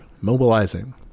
mobilizing